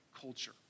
culture